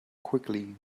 quickly